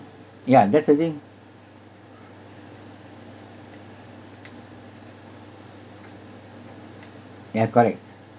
yeah that's the thing yeah correct